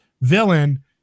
villain